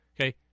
Okay